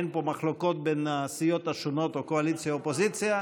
אין פה מחלוקות בין הסיעות השונות או קואליציה אופוזיציה,